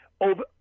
over